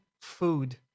food